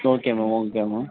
okay ma'am okay ma'am